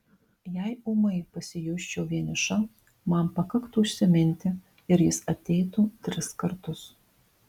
jei ūmai pasijusčiau vieniša man pakaktų užsiminti ir jis ateitų tris kartus